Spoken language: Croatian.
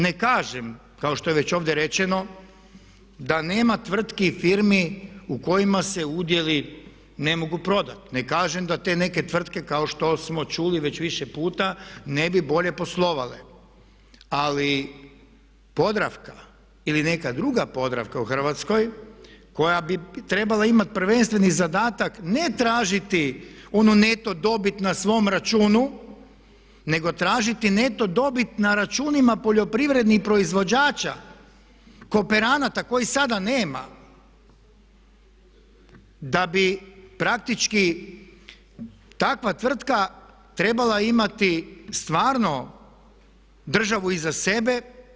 Ne kažem kao što je već ovdje rečeno da nema tvrtki, firmi u kojima se udjeli ne mogu prodati, ne kažem da te neke tvrtke kao što smo čuli već više puta ne bi bolje poslovale ali Podravka ili neka druga Podravka u Hrvatskoj koja bi trebala imati prvenstveni zadatak ne tražiti onu neto dobit na svom računu nego tražiti neto dobit na računima poljoprivrednih proizvođača, kooperanata kojih sada nema da bi praktički takva tvrtka trebala imati stvarno državu iza sebe.